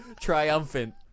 Triumphant